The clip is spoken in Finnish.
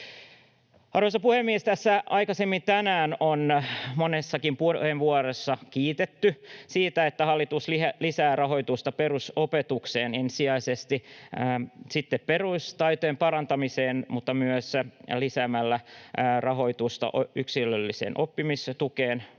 Arvoisa puhemies! Aikaisemmin tänään on monessakin puheenvuorossa kiitetty siitä, että hallitus lisää rahoitusta perusopetukseen, ensisijaisesti perustaitojen parantamiseen mutta myös lisäämällä rahoitusta yksilölliseen oppimisen tukeen,